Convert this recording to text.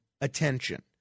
attention